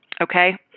Okay